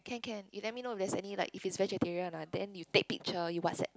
can can you let me know there's any like if it's vegetarian lah then you take picture you WhatsApp me